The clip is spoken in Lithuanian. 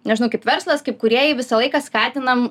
nežinau kaip verslas kaip kūrėjai visą laiką skatinam